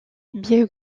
bien